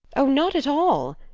oh, not at all.